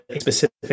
specific